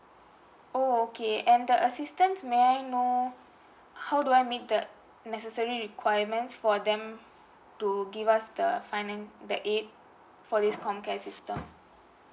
oh okay and the assistance may I know how do I make the necessary requirements for them to give us the finan~ the aid for this COMCARE system